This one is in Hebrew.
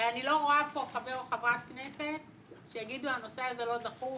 הרי אני לא רואה פה חבר או חברת כנסת שיגידו שהנושא הזה לא דחוף,